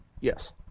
Yes